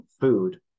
food